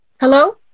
Hello